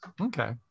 okay